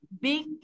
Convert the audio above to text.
big